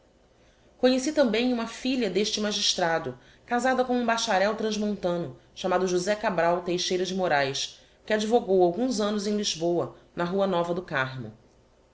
conheci tambem uma filha d'este magistrado casada com um bacharel transmontano chamado josé cabral teixeira de moraes que advogou alguns annos em lisboa na rua nova do carmo